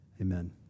Amen